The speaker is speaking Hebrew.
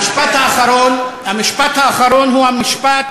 המשפט האחרון הוא המשפט